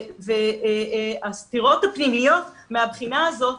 והסתירות הפנימיות מהבחינה הזאת,